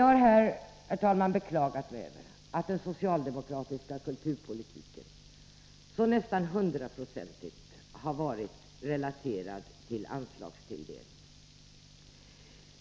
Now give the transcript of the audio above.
Jag har här, herr talman, beklagat mig över att den socialdemokratiska Nr 27 kulturpolitiken nästan hundraprocentigt har varit relaterad till anslagstilldel Fredagen den ningen.